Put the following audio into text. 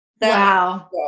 Wow